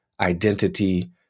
identity